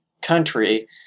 country